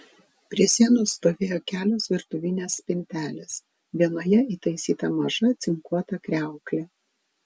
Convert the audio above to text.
prie sienos stovėjo kelios virtuvinės spintelės vienoje įtaisyta maža cinkuota kriauklė